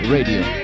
Radio